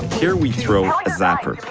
here we throw a zapper,